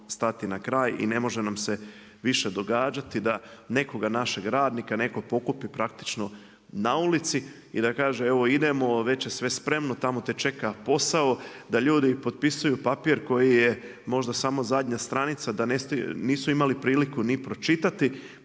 stati na kraj i ne može nam se više događati da nekoga našeg radnika netko pokupi praktično na ulici i da kaže evo idemo, već je sve spremno, tamo te čeka posao da ljudi potpisuju papir koji je možda samo zadnja stranica da nisu imali priliku ni pročitati